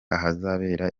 ahazabera